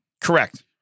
Correct